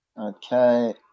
Okay